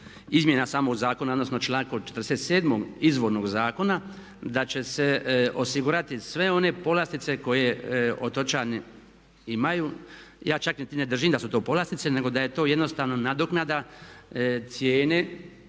30.izmjena samog zakona, odnosno člankom 47.izvornog zakona da će se osigurati sve one povlastice koje otočani imaju. Ja čak niti ne držim da su to povlastice nego da je to jednostavno nadoknada cijene